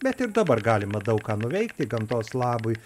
bet ir dabar galima daug ką nuveikti gamtos labui